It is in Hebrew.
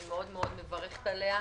אני מאוד מאוד מברכת עליה.